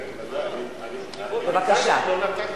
כן, ודאי, אני ביקשתי, לא נתת לי.